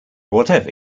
whatever